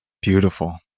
Beautiful